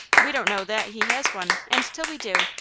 we don't know that he has one, and till we do,